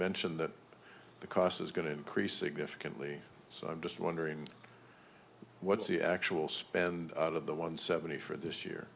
mentioned that the cost is going to increase significantly so i'm just wondering what's the actual spend out of the one seventy for this year